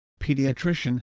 pediatrician